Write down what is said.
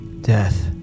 Death